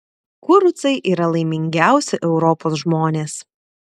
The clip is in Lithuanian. kurucai yra laimingiausi europos žmonės